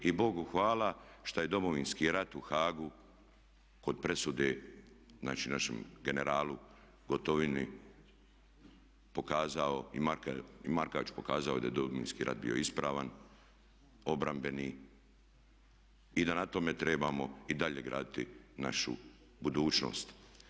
Bogu hvala što je Domovinski rat u Haagu kod presude znači našem generalu Gotovini i Markač pokazao da je Domovinski rat bio ispravan, obrambeni i da na tome trebamo i dalje graditi našu budućnost.